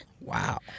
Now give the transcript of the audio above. Wow